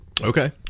Okay